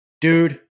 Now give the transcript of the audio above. dude